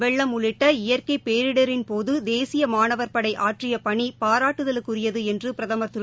வெள்ளம் உள்ளிட்ட இயற்கை பேரிடரின் போது தேசிய மாணவர் படை ஆற்றிய பணி பாராட்டுதலுக்குரியது பிரதமர் என்று திரு